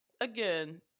again